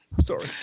Sorry